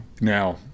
now